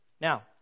Now